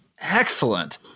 Excellent